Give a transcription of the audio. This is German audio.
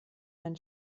ein